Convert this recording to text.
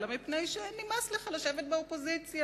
אלא מפני שנמאס לך לשבת באופוזיציה,